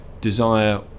desire